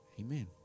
Amen